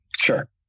Sure